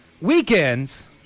weekends